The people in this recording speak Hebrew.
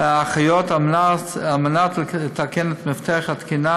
האחיות על מנת לתקן את מפתח התקינה.